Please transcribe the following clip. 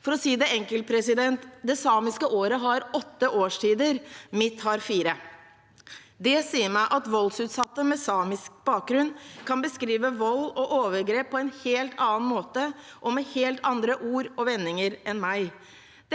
For å si det enkelt: Det samiske året har åtte årstider – mitt har fire. Det sier meg at voldsutsatte med samisk bakgrunn kan beskrive vold og overgrep på en helt annen måte og med helt andre ord og vendinger enn meg.